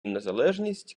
незалежність